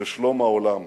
לשלום העולם.